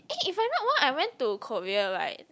eh if I not wrong I went to Korea [right]